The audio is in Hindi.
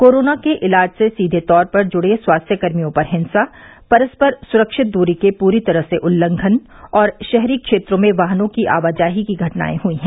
कोरोना के इलाज से सीधे तौर पर जुड़े स्वास्थ्यकर्मियों पर हिंसा परस्पर सुरक्षित दूरी के पूरी तरह से उल्लंघन और शहरी क्षेत्रों में वाहनों की आवाजाही की घटनाएं हुई हैं